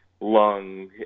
lung